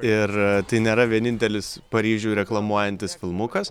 ir tai nėra vienintelis paryžių reklamuojantis filmukas